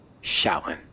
shouting